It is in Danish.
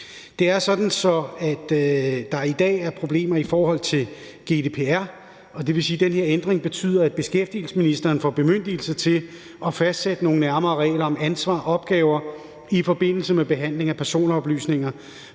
Det er sådan, at der i dag er problemer i forhold til GDPR. Det vil sige, at den her ændring betyder, at beskæftigelsesministeren får bemyndigelse til at fastsætte nogle nærmere regler om ansvar og opgaver i forbindelse med behandling af personoplysninger